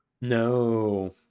No